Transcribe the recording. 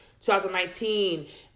2019